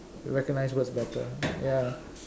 recognize words better ya